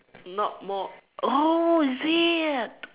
not more oh is it